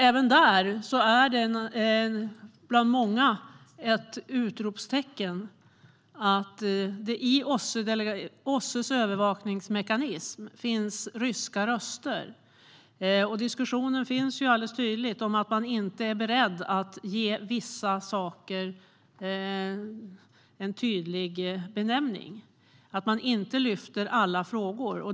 Även där är ett bland många utropstecken att det i OSSE:s övervakningsmekanism finns ryska röster för att inte ge vissa saker en tydlig benämning och att man inte lyfter alla frågor.